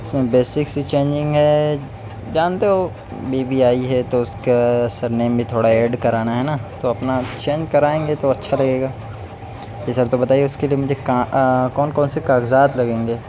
اس میں بیسک سی چینجنگ ہے جانتے ہو بیوی آئی ہے تو اس کا سر نیم بھی تھوڑا ایڈ کرانا ہے نا تو اپنا چینج کرائیں گے تو اچھا رہے گا جی سر تو بتائیے اس کے لیے مجھے کا کون کون سے کاغذات لگیں گے